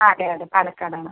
അതെ അതെ പാലക്കാട് ആണ്